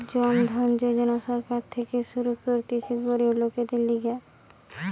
জন ধন যোজনা সরকার থেকে শুরু করতিছে গরিব লোকদের লিগে